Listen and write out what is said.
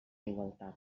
igualtat